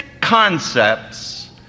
concepts